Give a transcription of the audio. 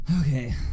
Okay